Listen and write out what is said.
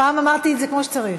הפעם אמרתי את זה כמו שצריך.